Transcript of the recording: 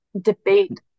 debate